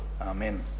Amen